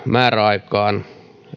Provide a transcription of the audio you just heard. määräaikaan